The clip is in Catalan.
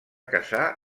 casar